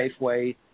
Safeway